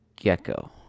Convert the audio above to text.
gecko